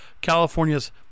california's